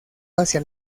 hacia